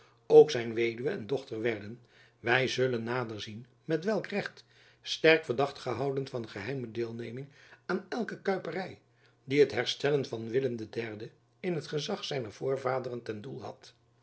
ook zijn weduwe en dochter werden wy zullen nader zien met welk recht sterk verdacht gehouden van geheime deelneming aan elke kuipery die het herstellen van willem iii in t gezach zijner voorvaderen ten doel had